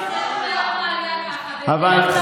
בדרך כלל יום העלייה הוא יום,